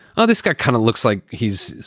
oh, this guy kind of looks like he's,